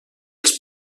els